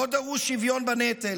לא דרוש שוויון בנטל